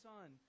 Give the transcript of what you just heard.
Son